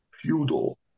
feudal